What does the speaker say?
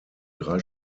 drei